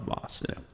Boston